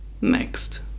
next